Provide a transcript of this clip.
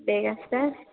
বেগ আছে